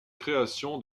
création